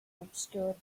obscure